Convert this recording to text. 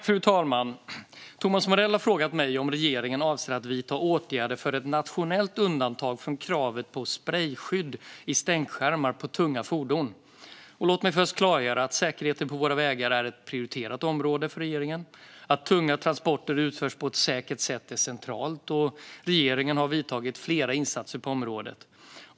Fru talman! Thomas Morell har frågat mig om regeringen avser att vidta åtgärder för ett nationellt undantag från kravet på sprejskydd i stänkskärmar på tunga fordon. Låt mig först klargöra att säkerheten på våra vägar är ett prioriterat område för regeringen. Att tunga transporter utförs på ett säkert sätt är centralt, och regeringen har vidtagit flera insatser på området.